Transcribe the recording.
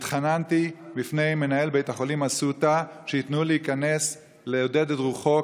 התחננתי בפני מנהל בית החולים אסותא שייתנו להיכנס לעודד את רוחו,